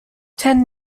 ten